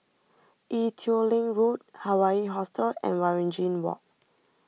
Ee Teow Leng Road Hawaii Hostel and Waringin Walk